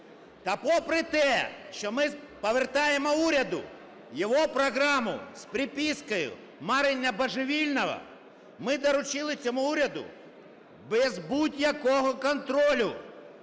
Та попри те, що ми повертаємо уряду його програму з припискою "марення божевільного", ми доручили цьому уряду без будь-якого контролю